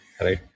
right